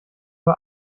war